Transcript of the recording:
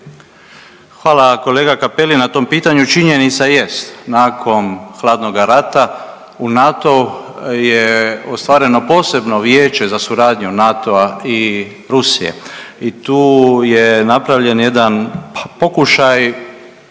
Hvala kolega Cappelli na tom pitanju. Činjenica jest nakon Hladnoga rata u NATO je ostvareno posebno vijeće za suradnju NATO-a i Rusije i tu je napravljen jedan pokušaj